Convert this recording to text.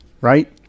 right